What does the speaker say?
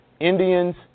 Indians